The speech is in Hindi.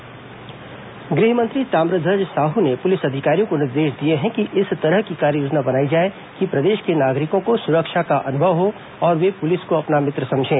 ताम्रध्वज साहू पुलिस बैठक गृह मंत्री ताम्रध्वज साहू ने पुलिस अधिकारियों को निर्देश दिए हैं कि इस तरह की कार्ययोजना बनाई जाए कि प्रदेश के नागरिकों को सुरक्षा का अनुभव हो और वे पुलिस को अपना मित्र समझें